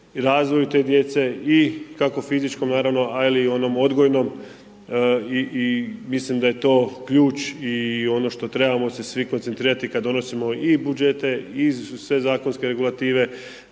razvoju te djece i kako fizičkom, naravno, ali i onom odgojnom i mislim da je to ključ i ono što trebamo se svi koncentrirati kad donosimo i budžete i sve zakonske regulative,